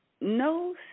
no